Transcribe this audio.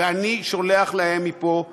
ואני שולח להם מפה ברכה.